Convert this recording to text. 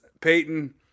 Peyton